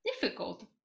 difficult